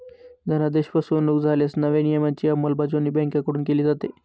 धनादेश फसवणुक झाल्यास नव्या नियमांची अंमलबजावणी बँकांकडून केली जाते